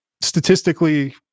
statistically